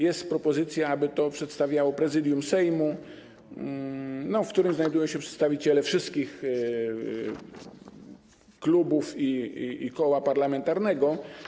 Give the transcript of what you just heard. Jest propozycja, aby to przedstawiało Prezydium Sejmu, w którym znajdują się przedstawiciele wszystkich klubów i koła parlamentarnego.